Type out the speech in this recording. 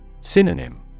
Synonym